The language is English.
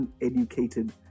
uneducated